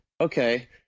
okay